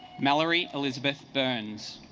mallory elizabeth burns